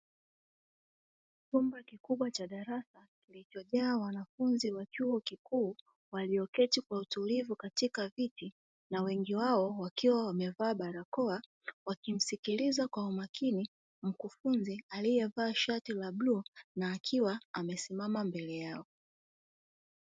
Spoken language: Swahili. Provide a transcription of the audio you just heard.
Chumba kikubwa cha darasa kilicho jaa wanafunzi wa chuo kikuu; walioketi kwa utulivu katika viti na wengi wao wakiwa wamevaa barakoa, wakimsikiliza kwa umakini mkufunzi aliye vaa shati la bluu na akiwa amesimama mbele yao.